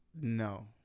No